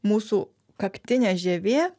mūsų kaktinė žievė